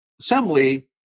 assembly